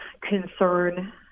concern